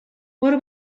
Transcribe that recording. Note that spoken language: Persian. برو